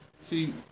See